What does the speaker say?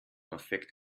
affekt